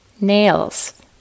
nails